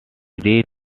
great